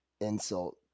insult